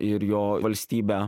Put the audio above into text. ir jo valstybe